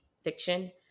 fiction